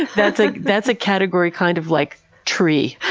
that's a that's a category kind of like tree,